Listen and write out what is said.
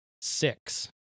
six